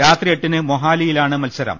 രാത്രി എട്ടിന് മൊഹാലിയിലാണ് മത്സരം